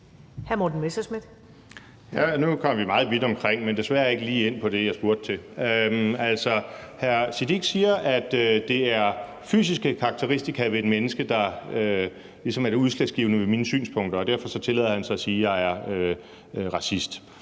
Nu kom vi meget vidt omkring, men desværre ikke lige ind på det, jeg spurgte til. Altså, hr. Sikandar Siddique siger, at det er fysiske karakteristika ved et menneske, der ligesom er det udslagsgivende ved mine synspunkter, og derfor så tillader han sig at sige, at jeg er racist.